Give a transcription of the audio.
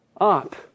Up